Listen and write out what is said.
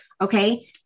okay